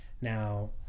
Now